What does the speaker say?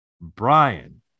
Brian